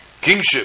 kingship